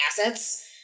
assets